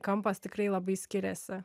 kampas tikrai labai skiriasi